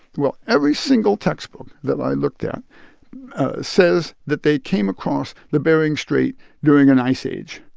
well, every single textbook that i looked at says that they came across the bering strait during an ice age.